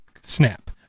snap